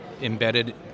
embedded